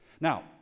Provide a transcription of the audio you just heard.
Now